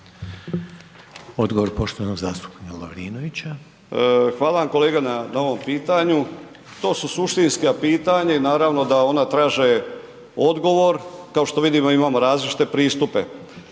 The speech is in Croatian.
Ivan (Promijenimo Hrvatsku)** Hvala vam kolega na ovom pitanju. To su suštinska pitanja i naravno da ona traže odgovor, kao što vidimo, imamo različite pristupe.